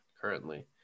currently